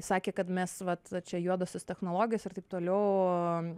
sakė kad mes vat čia juodosios technologijos ir taip toliau